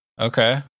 Okay